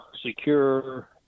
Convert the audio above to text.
secure